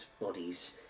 bodies